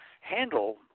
handle